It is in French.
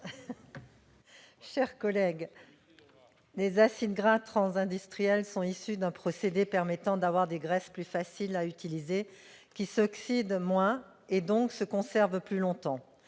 Schillinger. Les acides gras trans industriels sont issus d'un procédé permettant d'avoir des graisses plus faciles à utiliser, qui s'oxydent moins et se conservent donc plus longtemps.